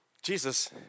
Jesus